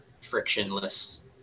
frictionless